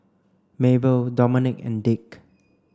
Mabelle Domonique and Dick